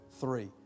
three